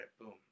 Boom